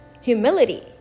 humility